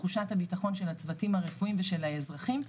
תחושת הביטחון של הצוותים הרפואיים ושל האזרחים,